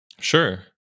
Sure